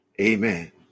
amen